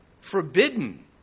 forbidden